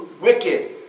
wicked